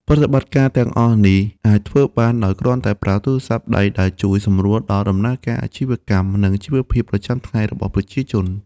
ប្រតិបត្តិការទាំងអស់នេះ អាចធ្វើបានដោយគ្រាន់តែប្រើទូរស័ព្ទដៃ ដែលជួយ សម្រួលដល់ដំណើរការអាជីវកម្ម និងជីវភាពប្រចាំថ្ងៃរបស់ប្រជាជន។